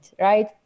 right